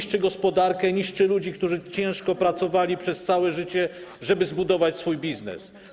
Niszczy gospodarkę, niszczy ludzi, którzy ciężko pracowali przez całe życie, żeby zbudować swój biznes.